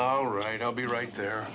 all right i'll be right there